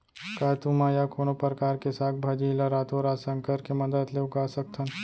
का तुमा या कोनो परकार के साग भाजी ला रातोरात संकर के मदद ले उगा सकथन?